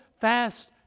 fast